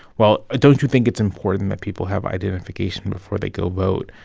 well, don't you think it's important that people have identification before they go vote?